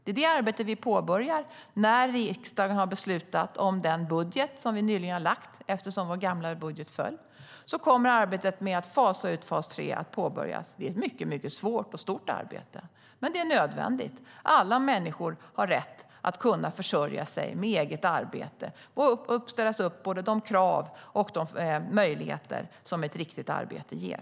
Det är det arbetet vi kommer att påbörja när riksdagen har beslutat om den budget som vi nyligen lade fram eftersom vår förra budget föll. Då kommer arbetet med att fasa ut fas 3 att påbörjas. Det är ett mycket svårt och stort arbete, men det är nödvändigt. Alla människor har rätt att kunna försörja sig med eget arbete och rätt till både de krav och de möjligheter som ett riktigt arbete ger.